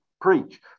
preach